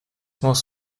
muss